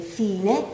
fine